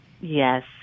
Yes